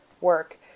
work